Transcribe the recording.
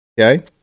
Okay